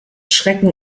schrecken